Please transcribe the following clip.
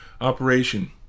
operation